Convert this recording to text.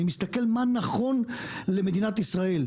אני מסתכל מה נכון למדינת ישראל,